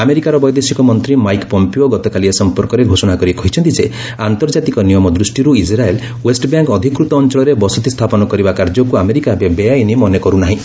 ଆମେରିକାର ବୈଦେଶିକ ମନ୍ତ୍ରୀ ମାଇକ୍ ଫିପିଓ ଗତକାଲି ଏ ସମ୍ପର୍କରେ ଘୋଷଣା କରି କହିଛନ୍ତି ଯେ ଆନ୍ତର୍ଜାତିକ ନିୟମ ଦୃଷ୍ଟିରୁ ଇସ୍ରାଏଲ ଓ୍ୱେଷ୍ଟବ୍ୟାଙ୍କ ଅଧିକୃତ ଅଞ୍ଚଳରେ ବସତି ସ୍ଥାପନ କରିବା କାର୍ଯ୍ୟକୁ ଆମେରିକା ଏବେ ବେଆଇନ୍ ମନେ କର୍ରନାହିଁ